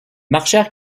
marchèrent